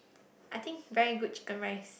I think very good chicken rice